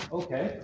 okay